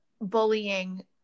bullying